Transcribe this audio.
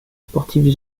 sportives